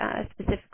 specifically